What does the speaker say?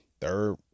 third